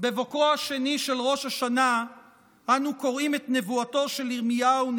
בבוקרו השני של ראש השנה אנו קוראים את נבואתו של ירמיהו,